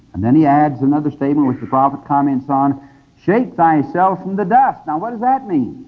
then he adds another statement which the prophet comments on shake thyself from the dust. now, what does that mean?